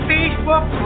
Facebook